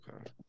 Okay